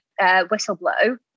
whistleblow